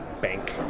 bank